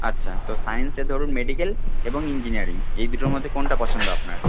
আচ্ছা তো সায়েন্সে ধরুন মেডিকেল এবং ইঞ্জিনিয়ারিং এই দুটোর মধ্যে কোনটা পছন্দ আপনার